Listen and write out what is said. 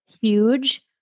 huge